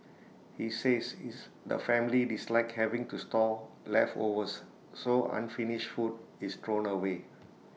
he says is the family dislike having to store leftovers so unfinished food is thrown away